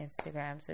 Instagram